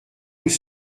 vous